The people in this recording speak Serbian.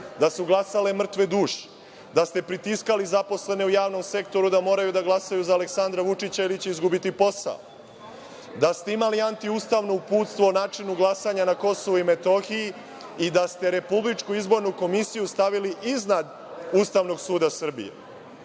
da su glasale mrtve duše, da ste pritiskali zaposlene u javnom sektoru da moraju da glasaju za Aleksandra Vučića ili će izgubiti posao, da ste imali antiustavno uputstvo o načinu glasanja na KiM i da ste RIK stavili iznad Ustavnog suda Srbije.I